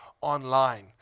online